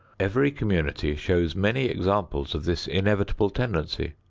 every community shows many examples of this inevitable tendency.